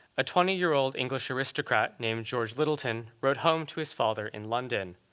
a twenty year old english aristocrat named george littleton wrote home to his father in london.